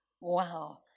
Wow